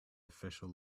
official